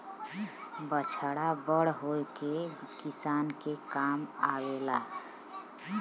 बछड़ा बड़ होई के किसान के काम आवेला